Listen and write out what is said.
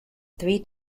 three